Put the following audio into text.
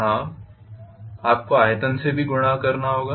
हाँ आपको आयतन से भी गुणा करना होगा